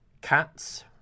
Cats